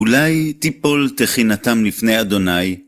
אולי תיפול תחינתם לפני אדוני.